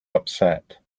upset